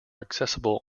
accessible